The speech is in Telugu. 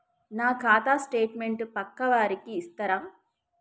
నా ఖాతా స్టేట్మెంట్ పక్కా వారికి ఇస్తరా?